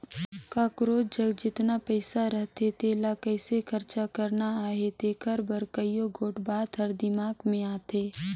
काकरोच जग जेतना पइसा रहथे तेला कइसे खरचा करना अहे तेकर बर कइयो गोट बात हर दिमाक में आथे